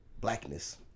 blackness